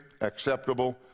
acceptable